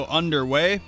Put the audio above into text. underway